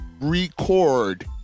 record